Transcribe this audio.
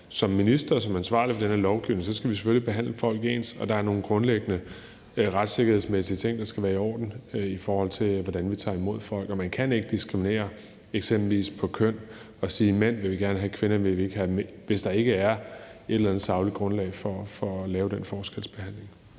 som minister og som ansvarlig for den her lovgivning, at vi selvfølgelig skal behandle folk ens, og at der er nogle grundlæggende retssikkerhedsmæssige ting, der skal være i orden, i forhold til hvordan vi tager imod folk. Man kan ikke diskriminere eksempelvis mellem køn og sige, at mænd vil vi gerne have, men kvinder vil vi ikke have, hvis der ikke er et eller andet sagligt grundlag for at lave den forskelsbehandling.